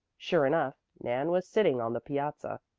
sure enough, nan was sitting on the piazza.